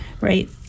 right